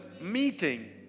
meeting